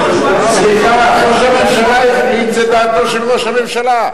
ראש הממשלה החליט, זו דעתו של ראש הממשלה.